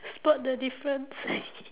spot the difference